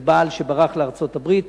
של בעל שברח לארצות-הברית.